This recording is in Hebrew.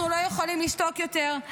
אנחנו לא יכולים לשתוק יותר,